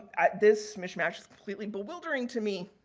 this mismatch completely bewildering to me.